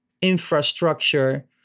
infrastructure